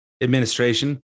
administration